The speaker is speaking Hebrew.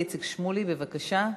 איציק שמולי, בבקשה.